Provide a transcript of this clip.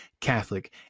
catholic